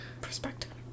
Perspective